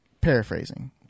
Paraphrasing